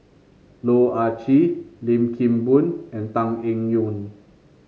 Loh Ah Chee Lim Kim Boon and Tan Eng Yoon